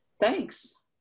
thanks